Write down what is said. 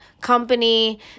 company